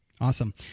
awesome